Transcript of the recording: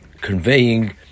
conveying